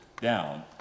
down